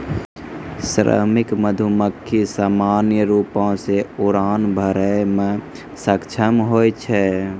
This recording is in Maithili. श्रमिक मधुमक्खी सामान्य रूपो सें उड़ान भरै म सक्षम होय छै